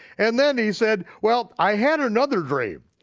and then he said, well, i had another dream.